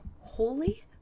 holy